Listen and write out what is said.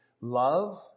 love